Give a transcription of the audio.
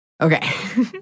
Okay